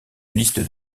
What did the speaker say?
liste